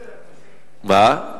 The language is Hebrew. מה?